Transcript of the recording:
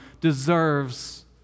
deserves